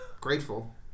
grateful